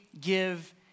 give